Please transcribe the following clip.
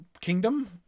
kingdom